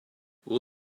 will